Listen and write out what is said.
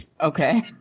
Okay